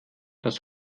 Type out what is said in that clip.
das